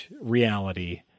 reality